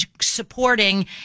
supporting